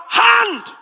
hand